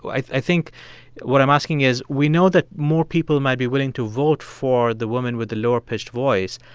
i think what i'm asking is we know that more people might be willing to vote for the woman with the lower pitched voice,